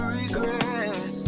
regret